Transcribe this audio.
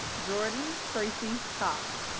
jordan tracy cox